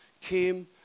came